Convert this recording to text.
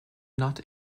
not